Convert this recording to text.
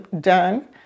done